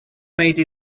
made